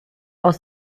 aus